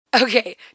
Okay